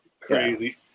crazy